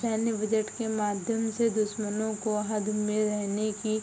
सैन्य बजट के माध्यम से दुश्मनों को हद में रहने की